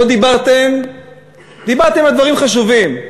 דיברתם על דברים חשובים,